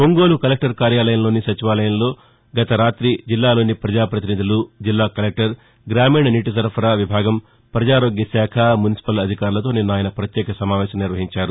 Ongole collector కార్యాలయంలోని సచివాయలంలో గత రాతి జిల్లాలోని ప్రజాపతినిధులు జిల్లా కలెక్టర్ గ్రామీణ నీటి సరఫరా విభాగం ప్రజారోగ్యశాఖ మున్సిపల్ అధికారులతో నిన్న ఆయన పత్యేక సమావేశం నిర్వహించారు